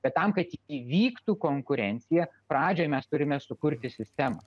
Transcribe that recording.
bet tam kad įvyktų konkurencija pradžioje mes turime sukurti sistemą